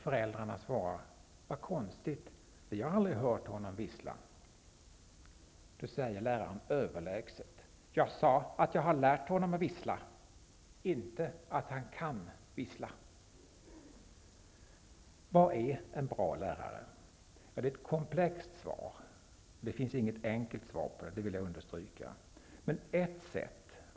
Föräldrarna svarar: Vad konstigt, vi har aldrig hört honom vissla. Läraren svarar då i en överlägsen ton: Jag sade att jag hade lärt honom att vissla, inte att han kan vissla. Vad menas med en bra lärare? Svaret är komplext. Jag vill understryka att det inte finns något enkelt svar.